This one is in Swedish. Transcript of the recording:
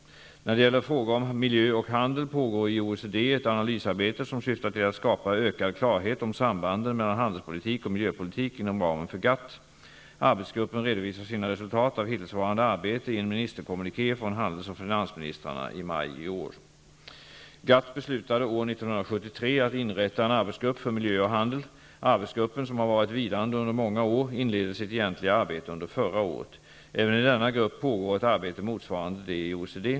När det gäller frågor om miljö och handel pågår i OECD ett analysarbete som syftar till att skapa ökad klarhet om sambanden mellan handelspolitik och miljöpolitik inom ramen för GATT. Arbetsgruppen redovisar sina resultat av hittillsvarande arbete i en ministerkommuniké från handels och finansministrarna i maj i år. GATT beslutade år 1973 att inrätta en arbetsgrupp för miljö och handel. Arbetsgruppen, som har varit vilande under många år, inledde sitt egentliga arbete under förra året. Även i denna grupp pågår ett arbete motsvarande det i OECD.